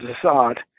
Assad